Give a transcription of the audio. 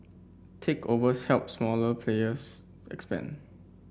takeovers helped smaller players expand